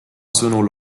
sõnul